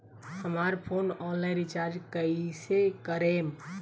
हमार phone online recharge कईसे करेम?